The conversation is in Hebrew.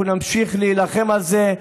אנחנו נמשיך להילחם על זה,